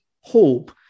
hope